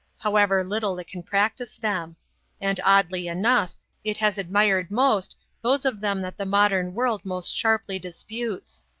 however little it can practise them and oddly enough it has admired most those of them that the modern world most sharply disputes.